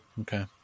Okay